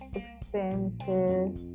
expenses